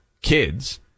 kids